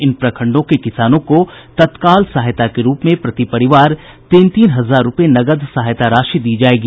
इन प्रखंडों के किसानों को तत्काल सहायता के रूप में प्रति परिवार तीन तीन हजार रुपये नकद सहायता राशि दी जायेगी